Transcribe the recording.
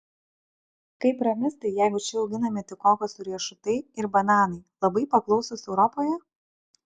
kaip pramisti jei čia auginami tik kokosų riešutai ir bananai labai paklausūs europoje